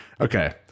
Okay